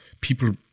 people